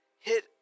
hit